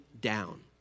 down